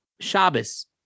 Shabbos